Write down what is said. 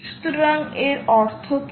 সুতরাং এর অর্থ কী